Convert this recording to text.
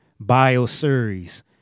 bioseries